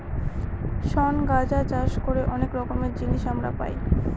শন গাঁজা চাষ করে অনেক রকমের জিনিস আমরা পাই